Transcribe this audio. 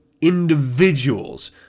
individuals